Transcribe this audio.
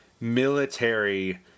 military